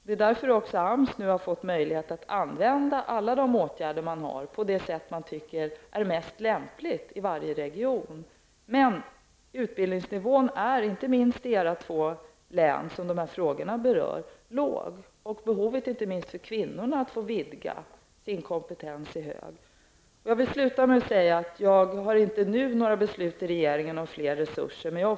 Det är därför som AMS nu också har fått möjlighet att använda alla de åtgärder som man har på det sätt som man tycker är mest lämpligt i varje region. Men utbildningsnivån är låg i inte minst de två län som de två frågorna berör. Inte minst kvinnornas behov av att få vidga sin kompetens är stort. Jag vill till sist säga att jag inte nu har något beslut i regeringen om ytterligare resurser att redovisa.